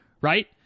right